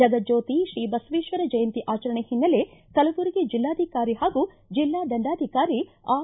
ಜಗಜ್ಣೋತಿ ಶ್ರೀ ಬಸವೇಶ್ವರ ಜಯಂತಿ ಆಚರಣೆ ಹಿನ್ನೆಲೆ ಕಲಬುರಗಿ ಜಿಲ್ಲಾಧಿಕಾರಿ ಹಾಗೂ ಜಿಲ್ಲಾ ದಂಡಾಧಿಕಾರಿ ಆರ್